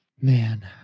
Man